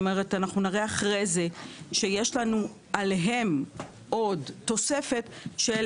אנחנו נראה אחרי זה שיש לנו עליהם עוד תוספת של